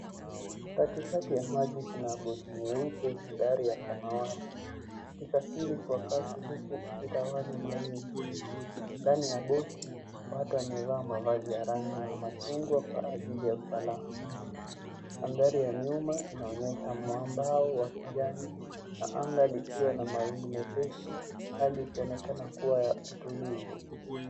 Katikati ya maji kuna boti nyeupe hidari ya samawati ikisafiri kwa kasi huku ikitawanya mawingu ,ndani ya boti watu wamevaa mavazi ya rangi ya machungwa kwa ajili ya usalama, mandhari ya nyuma inaonyesha mwambao wa kijani na anga likiwa na mawingu mepesi hali ikionekana kuwa ya utulivu.